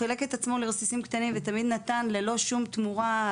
חילק את עצמו לרסיסים קטנים ותמיד נתן ללא שום תמורה,